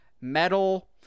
metal